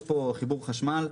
יש פה חיבור חשמל.